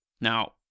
Now